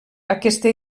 aquesta